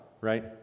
right